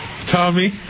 Tommy